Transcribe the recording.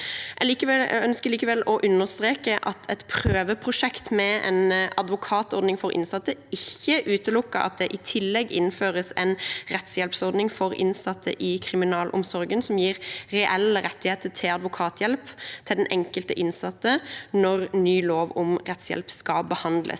Jeg ønsker likevel å understreke at et prøveprosjekt med en advokatordning for innsatte ikke utelukker at det i tillegg innføres en rettshjelpsordning for innsatte i kriminalomsorgen som gir reelle rettigheter til advokathjelp for den enkelte innsatte, når ny lov om rettshjelp skal behandles.